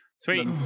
Sweet